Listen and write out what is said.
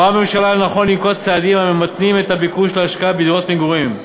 רואה הממשלה לנכון לנקוט צעדים הממתנים את הביקוש להשקעה בדירות מגורים.